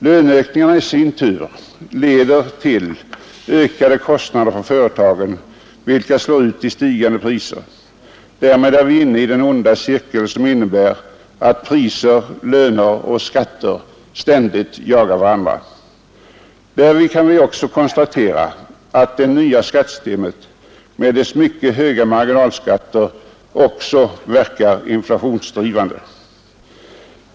Löneökningarna i sin tur leder till ökade kostnader för företagen, vilka slår ut i stigande priser. Därmed är vi inne i den onda cirkel som innebär att priser, löner och skatter ständigt jagar varandra, Därvid kan vi också konstatera att det nya skattesystemet med dess mycket höga marginalskatter också verkar inflationsdrivande.